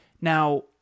Now